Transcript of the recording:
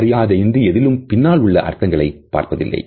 மரியாதையின்றி எதிலும் பின்னால் உள்ள அர்த்தத்தை பார்ப்பதில்லை